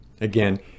Again